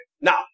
Now